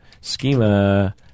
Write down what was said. schema